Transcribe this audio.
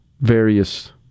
various